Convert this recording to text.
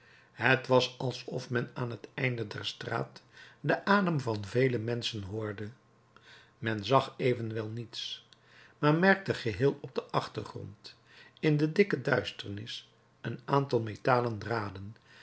het was alsof men aan het einde der straat den adem van vele menschen hoorde men zag evenwel niets maar merkte geheel op den achtergrond in de dikke duisternis een aantal metalen draden